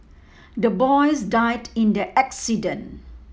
the boys died in the accident